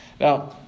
Now